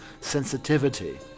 sensitivity